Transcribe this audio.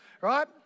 Right